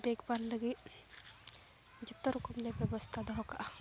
ᱫᱮᱠᱷᱵᱷᱟᱞ ᱞᱟᱹᱜᱤᱫ ᱡᱚᱛᱚ ᱨᱚᱠᱚᱢ ᱞᱮ ᱵᱮᱵᱚᱥᱛᱟ ᱫᱚᱦᱚ ᱠᱟᱜᱼᱟ